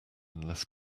unless